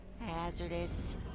hazardous